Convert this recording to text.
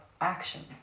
actions